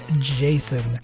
Jason